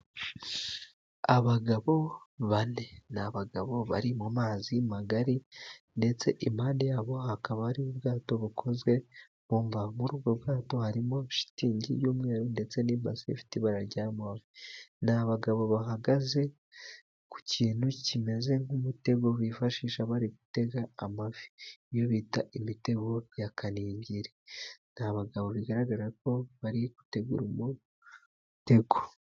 Abagabo bane. Nj abagabo bari mu mazi magari ndetse impande yabo hakaba hari ubwato bukozwe mu mbaho. Muri ubwo bwato harimo shitingi y'umweru, ndetse n'ibase ifite ibara rya move. Ni abagabo bahagaze ku kintu kimeze nk'umutego bifashisha bari gutega amafi , iyo bita imitego ya kaningiri ,ni bagabo bigaragara ko bari gutegura umutego.